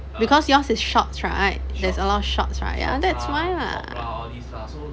because yours is shots right there's a lot of shots right ya that's why lah